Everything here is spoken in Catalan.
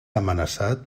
amenaçat